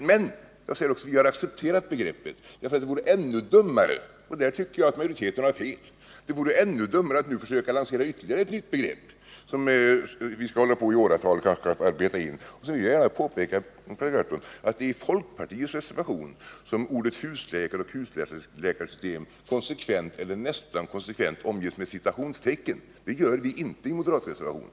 Men vi har accepterat begreppet därför att det vore ännu dummare — och därvidlag tycker jag att majoriteten har fel — att nu försöka lansera ytterligare ett nytt begrepp som vi skall hålla på att arbeta in under åratal. Så vill jag gärna påpeka för Per Gahrton att det är i folkpartiets reservation som orden husläkare och husläkarsystem konsekvent — eller nästan konsekvent — omges med citationstecken. Det sker inte i moderatreservationen.